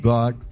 God